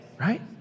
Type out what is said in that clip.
Right